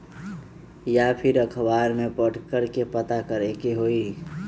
या फिर अखबार में पढ़कर के पता करे के होई?